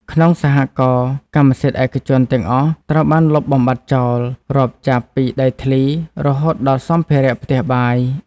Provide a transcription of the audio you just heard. ក្នុងសហករណ៍ កម្មសិទ្ធិឯកជនទាំងអស់ត្រូវបានលុបបំបាត់ចោល រាប់ចាប់ពីដីធ្លី រហូតដល់សម្ភារៈផ្ទះបាយ។